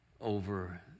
over